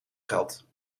geld